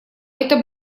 это